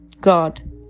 God